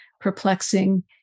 perplexing